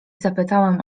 zapytałem